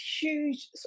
huge